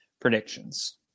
predictions